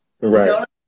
Right